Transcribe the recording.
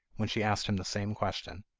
when she asked him the same question.